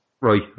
Right